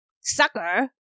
sucker